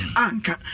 anka